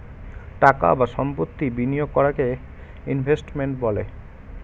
টাকা বা সম্পত্তি বিনিয়োগ করাকে ইনভেস্টমেন্ট বলে